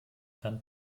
dann